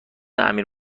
امیر